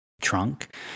trunk